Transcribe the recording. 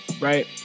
right